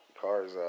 cars